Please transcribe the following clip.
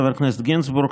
חבר הכנסת גינזבורג,